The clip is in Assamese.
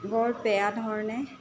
বৰ বেয়া ধৰণে